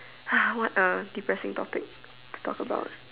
ha what a depressing topic to talk about